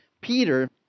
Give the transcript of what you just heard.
Peter